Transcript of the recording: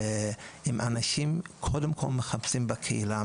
אם אנשים קודם כל מחפשים בקהילה,